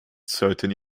certain